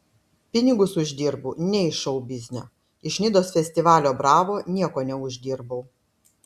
pinigus uždirbu ne iš šou biznio iš nidos festivalio bravo nieko neuždirbau